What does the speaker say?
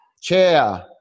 Chair